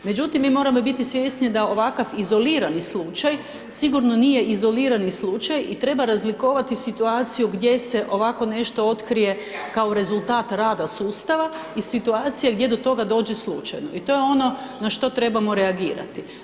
Međutim, mi moramo biti svjesni da ovakav izolirani slučaj, sigurno nije izolirani slučaj i treba razlikovati situaciju gdje se ovako nešto otkrije kao rezultat rada sustava i situacije gdje do toga dođe slučajno i to je ono na što trebamo reagirati.